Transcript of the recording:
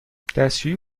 دستشویی